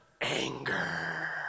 anger